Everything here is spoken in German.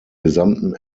gesamten